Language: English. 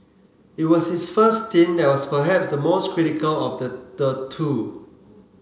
it was his first stint that was perhaps the most critical of the the two